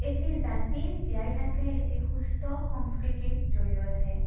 এটি জাতি জীয়াই থাকে এটি সুস্থ সংস্কৃতিৰ জৰিয়তেহে